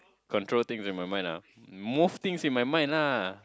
control things in my mind ah move things in my mind lah